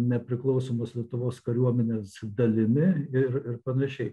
nepriklausomos lietuvos kariuomenės dalimi ir ir panašiai